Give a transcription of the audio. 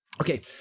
Okay